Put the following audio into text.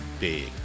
big